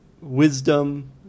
wisdom